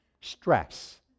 stress